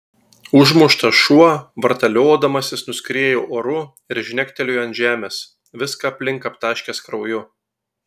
užmuštas šuo vartaliodamasis nuskriejo oru ir žnektelėjo ant žemės viską aplink aptaškęs krauju